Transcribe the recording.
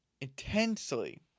Intensely